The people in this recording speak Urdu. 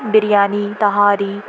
بریانی تہاری